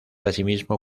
asimismo